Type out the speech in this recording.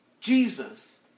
Jesus